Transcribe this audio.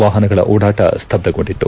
ವಾಹನಗಳ ಒಡಾಟ ಸ್ತಬ್ದಗೊಂಡಿತ್ತು